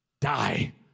Die